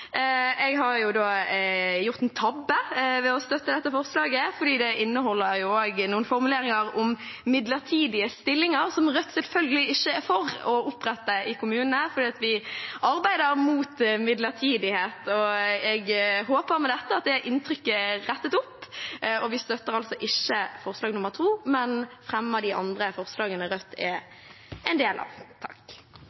Jeg har gjort en tabbe ved å gi støtte til dette forslaget i innstillingen fordi det inneholder også noen formuleringer om midlertidige stillinger som Rødt selvfølgelig ikke er for å opprette i kommunene, for vi arbeider mot midlertidighet. Jeg håper med dette at det inntrykket er rettet opp. Vi støtter altså ikke forslag nr. 2, men fremmer forslaget Rødt har sammen med Venstre og forslagene Rødt